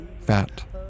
fat